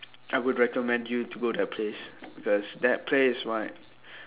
I would recommend you to go that place because that place right